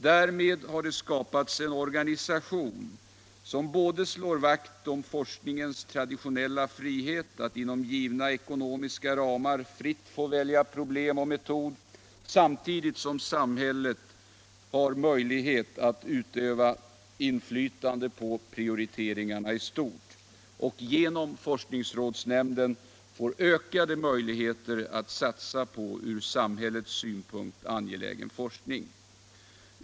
Därmed har det skapats en organisation som slår vakt om forskningens traditionella frihet att inom givna ekonomiska ramar fritt få välja problem och metod, samtidigt som samhället har möjlighet att utöva inflytande på prioriteringarna i stort och genom forskningsrådsnämnden får ökade möjligheter att satsa på ur samhällets synpunkt angelägen forskning.